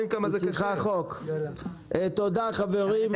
תודה חברים.